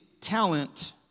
talent